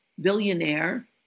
billionaire